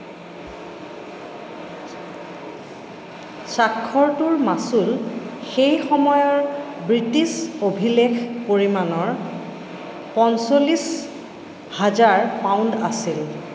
স্বাক্ষৰটোৰ মাচুল সেই সময়ৰ ব্ৰিটিছ অভিলেখ পৰিমাণৰ পঞ্চল্লিচ হাজাৰ পাউণ্ড আছিল